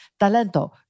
Talento